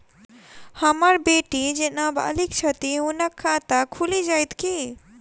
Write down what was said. हम्मर बेटी जेँ नबालिग छथि हुनक खाता खुलि जाइत की?